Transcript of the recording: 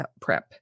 prep